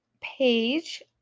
page